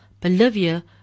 Bolivia